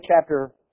chapter